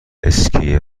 اسکی